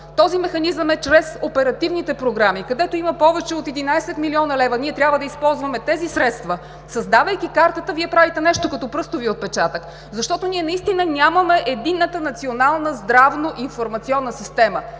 Този механизъм е чрез оперативните програми, където има повече от 11 млн. лв. Ние трябва да използваме тези средства. Създавайки картата, Вие правите нещо като пръстовия отпечатък, защото ние наистина нямаме единната национална здравна информационна система,